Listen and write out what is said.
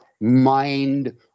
mind